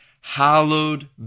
hallowed